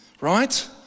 Right